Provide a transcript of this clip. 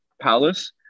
palace